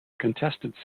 contested